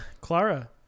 clara